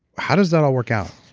how does that all work out?